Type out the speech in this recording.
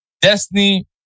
Destiny